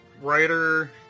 writer